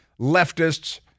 leftists